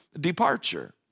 departure